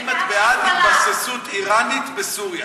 האם את בעד התבססות איראנית בסוריה?